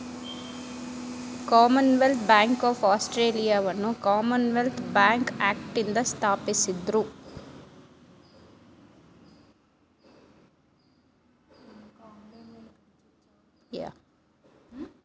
Commonwealth Bank of ಆಸ್ಟ್ರೇಲಿಯಾವನ್ನ Commonwealth Bank ಆಕ್ಟ್ನಿಂದ ಸ್ಥಾಪಿಸಿದ್ದ್ರು